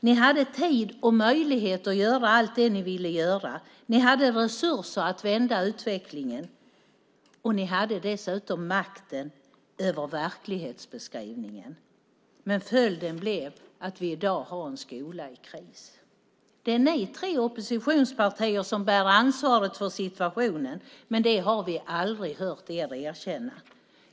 Ni hade tid och möjlighet att göra allt det ni ville göra. Ni hade resurser att vända utvecklingen, och ni hade dessutom makten över verklighetsbeskrivningen. Men följden blev att vi i dag har en skola i kris. Det är ni tre oppositionspartier som bär ansvaret för situationen, men det har vi aldrig hört er erkänna.